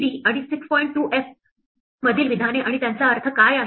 2f मधील विधाने आणि त्यांचा अर्थ काय आहे